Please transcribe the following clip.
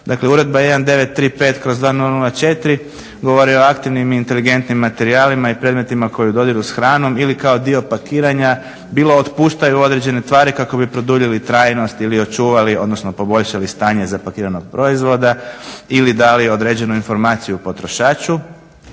Dakle Uredba 1935/2004. govori o aktivnim i inteligentnim materijalima i predmetima koji u dodiru s hranom ili kao dio pakiranja, bilo otpuštaju određene tvari kako bi produljili trajnost ili očuvali, odnosno poboljšali stanje zapakiranog proizvoda ili da li određenu informaciju o potrošaču.